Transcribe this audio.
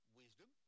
wisdom